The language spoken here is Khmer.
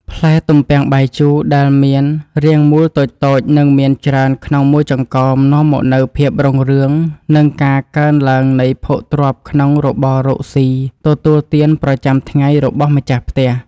ផ្លែទំពាំងបាយជូរដែលមានរាងមូលតូចៗនិងមានច្រើនក្នុងមួយចង្កោមនាំមកនូវភាពរុងរឿង និង ការកើនឡើងនៃភោគទ្រព្យក្នុងរបររកស៊ីទទួលទានប្រចាំថ្ងៃរបស់ម្ចាស់ផ្ទះ។